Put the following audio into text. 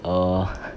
err